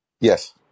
Yes